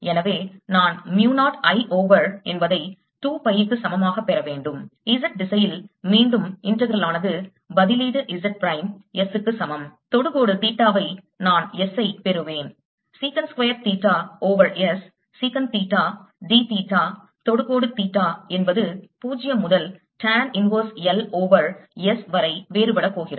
எனவே நான் mu 0 I over என்பதை 2 பை க்கு சமமாக பெற வேண்டும் Z திசையில் மீண்டும் integral ஆனது பதிலீடு Z பிரைம் S க்கு சமம் தொடுகோடு தீட்டாவை நான் S ஐ பெறுவேன் sec square theta over S sec theta d theta தொடுகோடு தீட்டா என்பது 0 முதல் tan inverse L over S வரை வேறுபடப் போகிறது